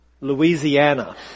Louisiana